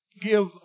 give